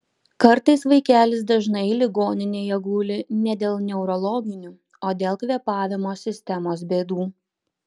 kartais vaikelis dažnai ligoninėje guli ne dėl neurologinių o dėl kvėpavimo sistemos bėdų